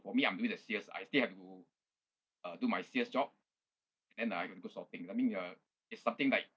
for me I'm doing the sales I still have to uh do my sales job and I got to do sorting I mean ya is something like